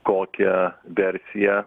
kokią versiją